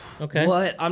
Okay